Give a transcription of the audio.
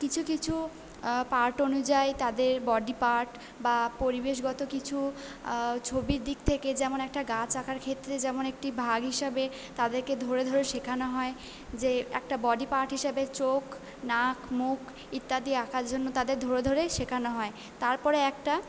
কিছু কিছু পার্ট অনুযায়ী তাদের বডি পার্ট বা পরিবেশগত কিছু ছবির দিক থেকে যেমন একটা গাছ আঁকার ক্ষেত্রে যেমন একটি ভাগ হিসাবে তাদেরকে ধরে ধরে শেখানো হয় যে একটা বডি পার্ট হিসাবে চোখ নাক মুখ ইত্যাদি আঁকার জন্য তাদের ধরে ধরেই শেখানো হয় তারপরে একটা